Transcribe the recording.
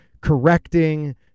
correcting